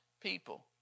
people